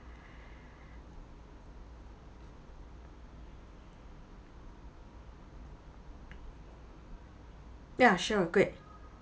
ya sure great